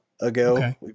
ago